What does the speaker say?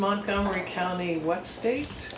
montgomery county what state